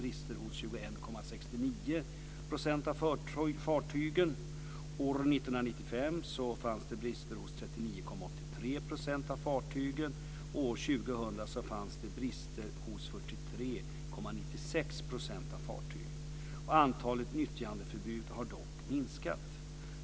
År 1990 fanns det brister hos 43,96 % av fartygen. Antalet nyttjandeförbud har dock minskat.